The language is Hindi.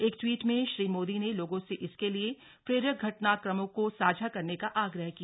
एक ट्वीट में श्री मोदी ने लोगों से इसके लिए प्रेरक घटनाक्रमों को साझा करने का आग्रह किया